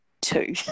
two